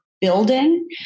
building